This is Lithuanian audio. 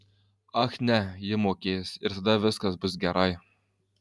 ach ne ji mokės ir tada viskas bus gerai